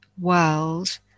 world